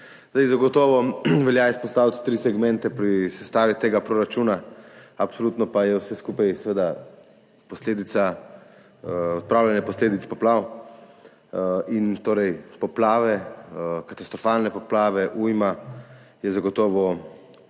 Zagotovo velja izpostaviti tri segmente pri sestavi tega proračuna, absolutno pa je vse skupaj seveda posledica odpravljanja posledic poplav in poplave, katastrofalne poplave. Ujma je zagotovo odraz tega,